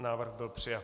Návrh byl přijat.